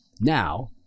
now